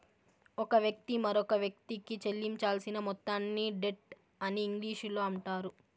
ఒక వ్యక్తి మరొకవ్యక్తికి చెల్లించాల్సిన మొత్తాన్ని డెట్ అని ఇంగ్లీషులో అంటారు